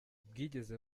bwigeze